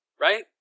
right